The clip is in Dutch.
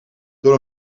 door